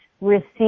receive